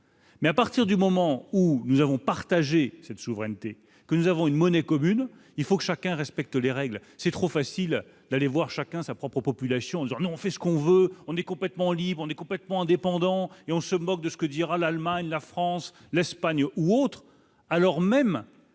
Mais à partir du moment où nous avons partagé cette souveraineté que nous avons une monnaie commune, il faut que chacun respecte les règles, c'est trop facile d'aller voir chacun sa propre population nous en ont fait ce qu'on veut, on est complètement libre, on est complètement indépendant et on se moque de ce que dira l'Allemagne, la France, l'Espagne ou autre, alors même